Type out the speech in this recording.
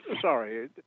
Sorry